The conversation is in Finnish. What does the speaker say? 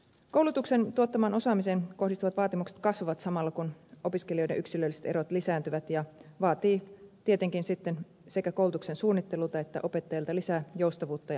koulutuksen tuottamaan osaamiseen kohdistuvat vaatimukset kasvavat samalla kun opiskelijoiden yksilölliset erot lisääntyvät ja tämä vaatii tietenkin sitten sekä koulutuksen suunnittelulta että opettajalta lisää joustavuutta ja monimuotoisuutta